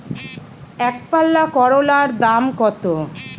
একপাল্লা করলার দাম কত?